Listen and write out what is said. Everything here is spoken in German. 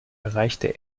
erreichte